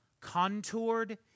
contoured